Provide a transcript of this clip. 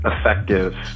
effective